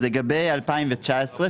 לגבי 2019,